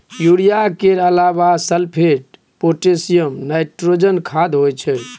urea केर अलाबा sulphate, potassium, nitrogen खाद होइ छै